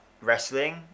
wrestling